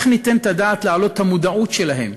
איך ניתן את הדעת להעלות את המודעות שלהם?